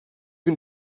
can